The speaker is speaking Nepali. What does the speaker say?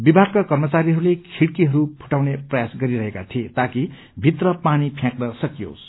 विभागका कर्मचारीहरूले खिड़कीहरू फुटाउने प्रयास गरिरहेका थिए ताकि भित्र पानी फ्याक्न सकियोस